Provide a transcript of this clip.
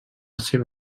seva